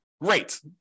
great